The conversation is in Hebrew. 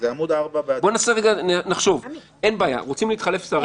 בוא רגע נחשוב, אין בעיה, רוצים להתחלף שרים?